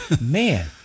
Man